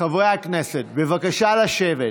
חברי הכנסת, בבקשה לשבת.